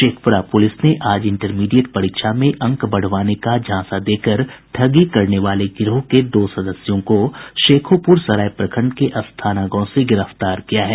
Sheikhpura police ने आज intermediate परीक्षा में अंक बढ़वाने का झांसा देकर ठगी करने वाले गिरोह के दो सदस्यों को शेखोपूरा सराय प्रखंड के अस्थाना गांव से गिरफ्तार किया है